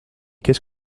qu’est